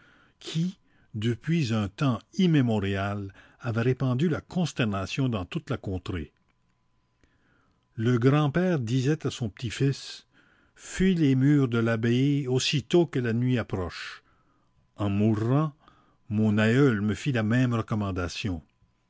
qui depuis un tems immémorial avait répandu la consternation dans toute la contrée le grand-père disait à son petit fils fuis les murs de l'abbaye aussitôt que la nuit approche en mourrant mon aïeul me fit la même recommandation